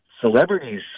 celebrities